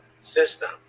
system